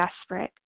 desperate